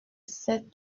sept